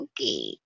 okay